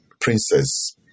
Princess